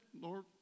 Lord